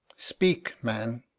speak, man.